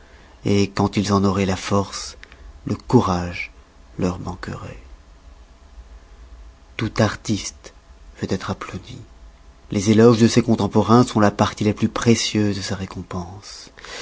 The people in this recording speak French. et quand ils en auroient la force le courage leur manqueroit tout artiste veut être applaudi les éloges de ses contemporains sont la partie la plus précieuse de ses récompenses